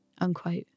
Unquote